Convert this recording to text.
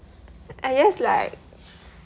I guess like